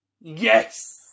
Yes